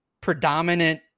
predominant